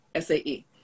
SAE